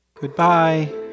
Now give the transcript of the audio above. Goodbye